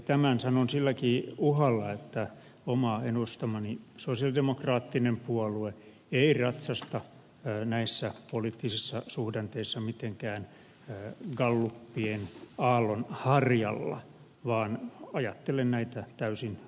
tämän sanon silläkin uhalla että oma edustamani sosialidemokraattinen puolue ei ratsasta näissä poliittisissa suhdanteissa mitenkään gallupien aallonharjalla vaan ajattelen näitä täysin asiaperusteisesti